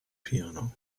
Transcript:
piano